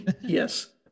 yes